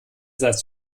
satz